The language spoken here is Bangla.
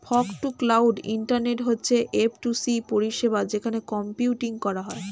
ফগ টু ক্লাউড ইন্টারনেট হচ্ছে এফ টু সি পরিষেবা যেখানে কম্পিউটিং করা হয়